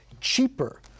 cheaper